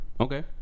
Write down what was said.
Okay